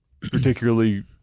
particularly